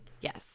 Yes